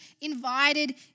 invited